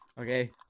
okay